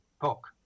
book